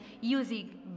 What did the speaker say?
using